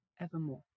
evermore